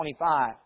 25